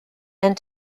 and